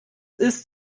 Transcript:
ist